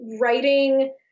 writing